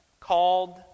Called